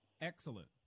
Excellent